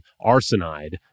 arsenide